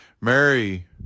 Mary